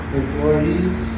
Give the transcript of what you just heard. employees